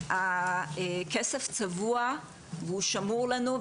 הכסף צבוע והוא שמור לנו,